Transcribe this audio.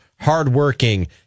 hardworking